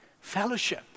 fellowship